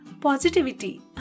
positivity